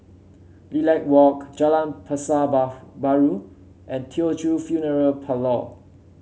Lilac Walk Jalan Pasar Baru and Teochew Funeral Parlour